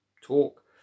talk